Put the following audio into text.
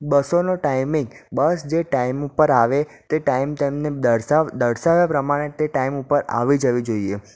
બસોનો timing bus જે time ઉપર આવે તે ટાઈમ તેમને દર્શાવ્યા પ્રમાણે જ તે ટાઈમ ઉપર આવી જવી જોઈએ